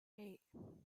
eight